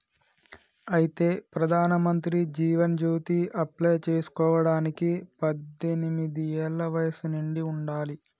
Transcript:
అయితే ప్రధానమంత్రి జీవన్ జ్యోతి అప్లై చేసుకోవడానికి పద్దెనిమిది ఏళ్ల వయసు నిండి ఉండాలి